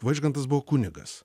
vaižgantas buvo kunigas